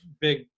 big